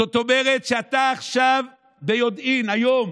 זאת אומרת שאתה עכשיו ביודעין, היום,